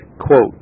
Quote